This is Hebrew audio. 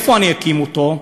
איפה אני אקים אותו?